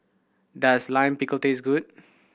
does Lime Pickle taste good